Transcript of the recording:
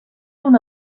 una